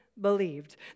believed